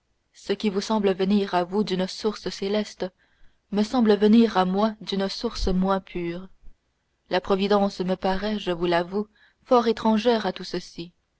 ce qui vous semble venir à vous d'une source céleste me semble venir à moi d'une source moins pure la providence me paraît je vous l'avoue fort étrangère à tout ceci